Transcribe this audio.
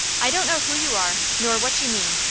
i don't know who you are nor what you mean,